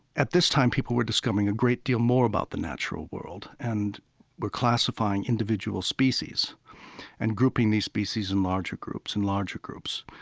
at this time, people were discovering a great deal more about the natural world and were classifying individual species and grouping these species in larger groups and larger groups.